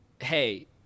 Hey